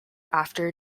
after